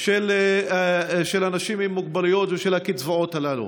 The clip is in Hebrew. של אנשים עם מוגבלויות ושל הקצבאות הללו.